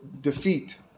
defeat